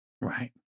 Right